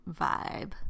vibe